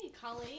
colleen